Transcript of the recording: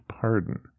pardon